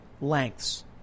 lengths